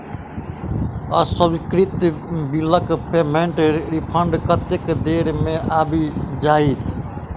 अस्वीकृत बिलक पेमेन्टक रिफन्ड कतेक देर मे आबि जाइत?